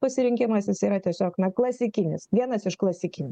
pasirinkimas jis yra tiesiog na klasikinis vienas iš klasikinių